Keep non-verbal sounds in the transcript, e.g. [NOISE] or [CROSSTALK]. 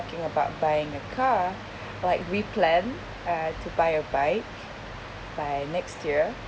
talking about buying a car [BREATH] like we plan uh to buy a bike by next year